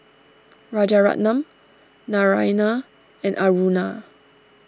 Rajaratnam Naraina and Aruna